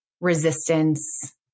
resistance